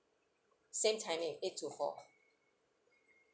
same timing eight to four